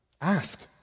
Ask